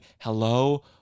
hello